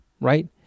right